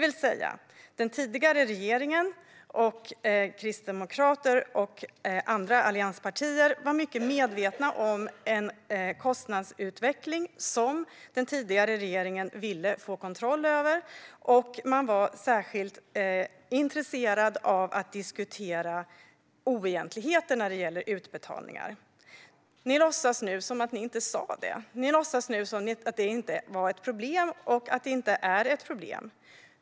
Den tidigare regeringen, där Kristdemokraterna och andra allianspartier ingick, var alltså mycket medveten om kostnadsutvecklingen och ville få kontroll över den. Man var särskilt intresserad av att diskutera oegentligheter gällande utbetalningar. Ni låtsas nu som att ni inte sa det. Ni låtsas nu som att det inte var ett problem och att det inte är ett problem.